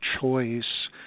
choice